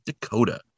Dakota